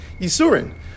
Yisurin